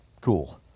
cool